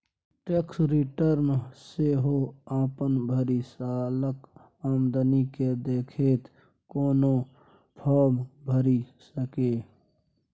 tax return सेहो अपन भरि सालक आमदनी केँ देखैत कोनो फर्म भरि सकैए